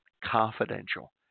confidential